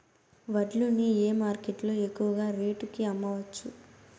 వడ్లు ని ఏ మార్కెట్ లో ఎక్కువగా రేటు కి అమ్మవచ్చు?